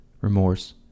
remorse